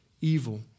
evil